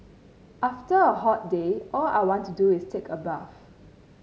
after a hot day all I want to do is take a bath